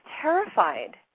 terrified